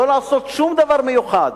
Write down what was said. לא לעשות שום דבר מיוחד.